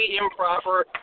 improper